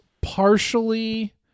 partially